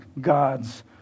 God's